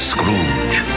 Scrooge